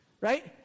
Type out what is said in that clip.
right